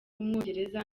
w’umwongereza